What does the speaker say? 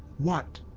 what!